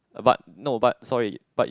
but no but sorry but it